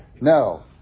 No